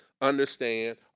understand